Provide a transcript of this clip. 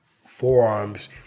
forearms